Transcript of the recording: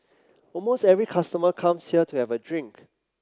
almost every customer comes here to have a drink